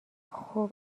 خوب